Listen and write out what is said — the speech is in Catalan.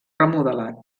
remodelat